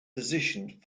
positioned